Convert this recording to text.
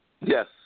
Yes